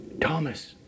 Thomas